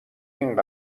این